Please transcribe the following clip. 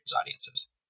audiences